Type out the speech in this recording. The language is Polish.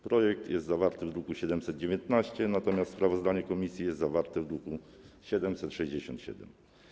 Projekt jest zawarty w druku nr 719, natomiast sprawozdanie komisji jest zawarte w druku nr 767.